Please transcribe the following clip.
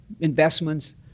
investments